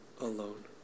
alone